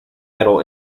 metal